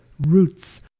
roots